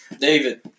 David